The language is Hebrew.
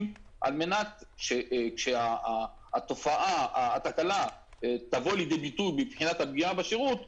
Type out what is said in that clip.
על מנת שכאשר התקלה תבוא לידי ביטוי מבחינת הפגיעה בשירות,